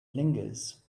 lingers